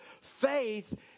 faith